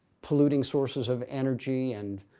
polluting sources of energy and.